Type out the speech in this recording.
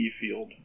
field